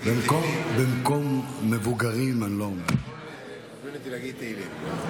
במקום מבוגרים אתה יכול להזמין אותי להגיד תהילים.